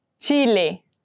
Chile